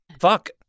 Fuck